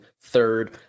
third